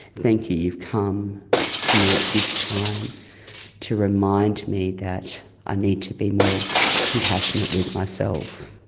thank you, you've come to me at this time to remind me that i need to be more compassionate with myself.